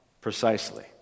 precisely